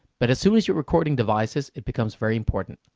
but as soon as you're recording devices, it becomes very important.